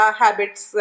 habits